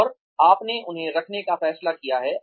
और आपने उन्हें रखने का फैसला किया है